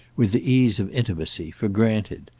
with the ease of intimacy, for granted,